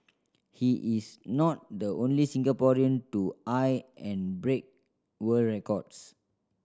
he is not the only Singaporean to eye and break world records